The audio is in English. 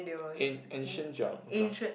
an~ ancient drav dra